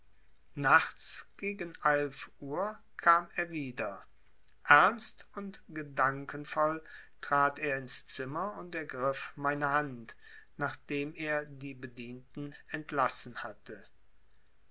nachts gegen eilf uhr kam er wieder ernst und gedankenvoll trat er ins zimmer und ergriff meine hand nachdem er die bedienten entlassen hatte